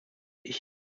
ich